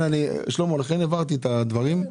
שלמה, לכן הבהרתי את הדברים.